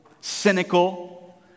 cynical